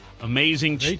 amazing